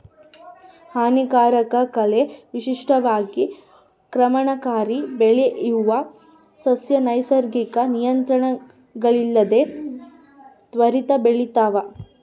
ಹಾನಿಕಾರಕ ಕಳೆ ವಿಶಿಷ್ಟವಾಗಿ ಕ್ರಮಣಕಾರಿ ಬೆಳೆಯುವ ಸಸ್ಯ ನೈಸರ್ಗಿಕ ನಿಯಂತ್ರಣಗಳಿಲ್ಲದೆ ತ್ವರಿತ ಬೆಳಿತಾವ